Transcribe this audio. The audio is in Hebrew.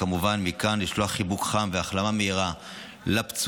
כמובן, מכאן לשלוח חיבוק חם והחלמה מהירה לפצועים,